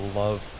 love